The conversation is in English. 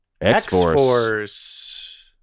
X-Force